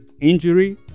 injury